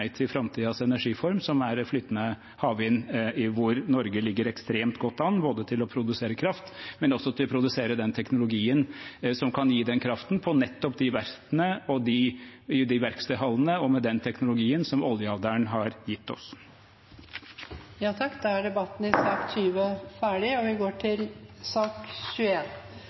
energiform, som er flytende havvind, hvor Norge ligger ekstremt godt an, både til å produsere kraft og til å produsere den teknologien som kan gi den kraften, på nettopp de verftene og i de verkstedhallene og med den teknologien som oljealderen har gitt oss. Flere har ikke bedt om ordet til sak nr. 20. Etter ønske fra energi- og miljøkomiteen vil presidenten ordne debatten slik: 3 minutter til